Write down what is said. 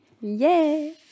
Yay